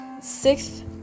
Sixth